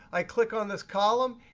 i click on this column,